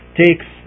takes